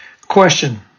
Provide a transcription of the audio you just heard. Question